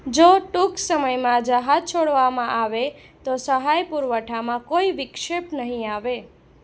જો ટૂંક સમયમાં જહાજ છોડવામાં આવે તો સહાય પુરવઠામાં કોઈ વિક્ષેપ નહીં આવે